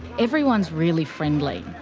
everyone's really friendly.